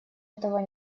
этого